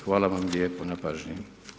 Hvala vam lijepo na pažnji.